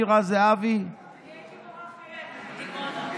אמירה זהבי, אני הייתי מורה חיילת בדימונה.